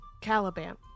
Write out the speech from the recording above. Caliban